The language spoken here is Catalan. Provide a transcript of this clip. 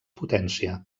potència